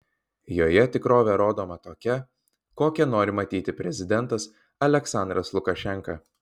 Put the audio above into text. joje tikrovė rodoma tokia kokią nori matyti prezidentas aliaksandras lukašenka